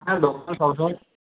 হ্যাঁ দোকান সবসময়